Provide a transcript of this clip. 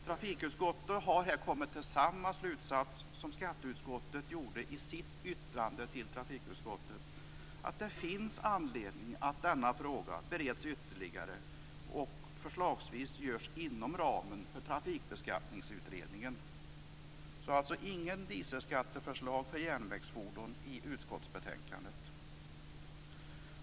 Trafikutskottet har här kommit till samma slutsats som skatteutskottet gjorde i sitt yttrande till trafikutskottet, nämligen att det finns anledning att denna fråga bereds ytterligare och att det förslagsvis sker inom ramen för Trafikbeskattningsutredningen. Det finns alltså inget förslag om dieselskatt för järnvägsfordon i utskottsbetänkandet.